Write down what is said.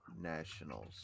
Nationals